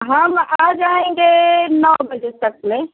हम आ जाएँगे नौ बजे तक ले